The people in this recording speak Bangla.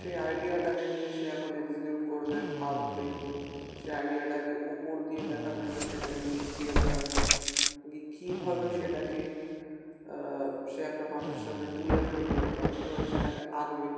সেই আইডিয়াটাকে নিয়ে সে এখন এক্সিকিউট করবে ভাববে সে আইডিয়াটাকে ওপর দিয়ে দেখাবে না সেটাকে নিচ দিয়ে দেখাবে কীভাবে সেটাকে সে একটা মানুষের সামনে তুলে ধরবে বা কীভাবে সেটাকে আঁকবে